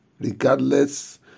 regardless